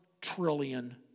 trillion